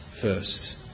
first